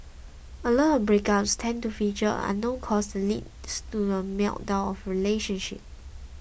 a lot of breakups tend to feature an unknown cause the lead to the meltdown of a relationship